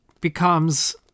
becomes